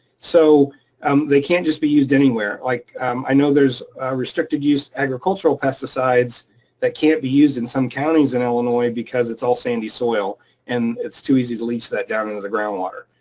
so um they can't just be used anywhere. like i know there's restricted use agricultural pesticides that can't be used in some counties in illinois because it's all sandy soil and it's too easy to leach that down into the groundwater.